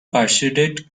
persuaded